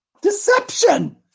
Deception